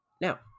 Now